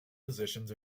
positions